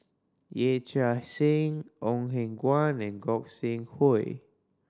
Yee Chia Hsing Ong Eng Guan and Gog Sing Hooi